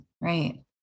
right